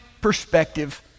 perspective